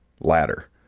ladder